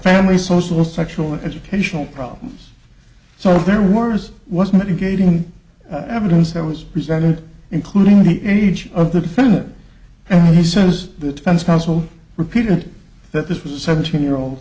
family social sexual educational problems so there wars wasn't a gating evidence that was presented including the any each of the defendant and he says the defense counsel repeated that this was a seventeen year